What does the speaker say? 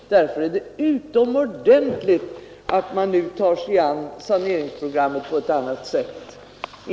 Därför är det bra att man nu tar sig an saneringsproblemet på ett annat sätt.